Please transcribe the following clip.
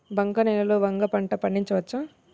బంక నేలలో వంగ పంట పండించవచ్చా?